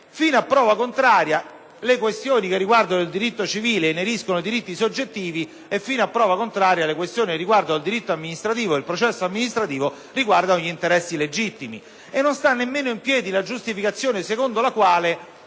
Fino a prova contraria le questioni che riguardano il diritto civile ineriscono ai diritti soggettivi e, fino a prova contraria, le questioni che riguardano il diritto amministrativo e il processo amministrativo riguardano gli interessi legittimi. Non sta nemmeno in piedi la giustificazione secondo la quale